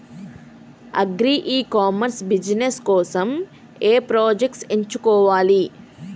Agri e commerce business కోసము ఏ products ఎంచుకోవాలి?